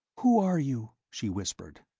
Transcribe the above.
who are you? she whispered.